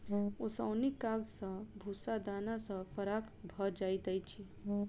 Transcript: ओसौनीक काज सॅ भूस्सा दाना सॅ फराक भ जाइत अछि